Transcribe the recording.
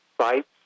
Sites